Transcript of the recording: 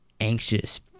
anxious